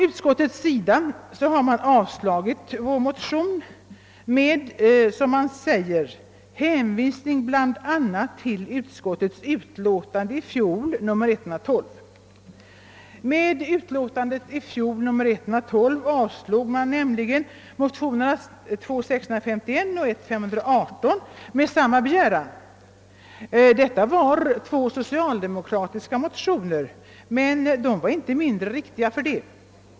Utskottet har avstyrkt vår motion med, som man säger, hänvisning bl.a. till utskottets utlåtande nr 112 i fjol. Med utlåtandet avslog man den gången motionerna I: 518 och II: 651 med samma begäran. Det var två socialdemokratiska motioner, men de var inte mindre riktiga för det.